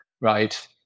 right